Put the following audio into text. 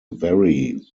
vary